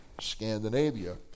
Scandinavia